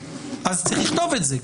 צריך לכתוב את זה,